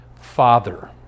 father